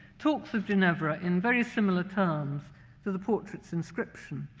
talks of ginevra in very similar terms to the portrait's inscription.